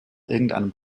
irgendeinem